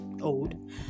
old